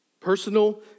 personal